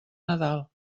nadal